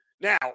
Now